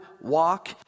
Walk